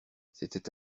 c’était